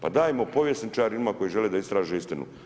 Pa dajmo povjesničarima koji žele da istraže istinu.